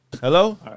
Hello